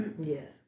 Yes